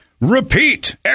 repeat